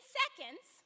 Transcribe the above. seconds